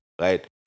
right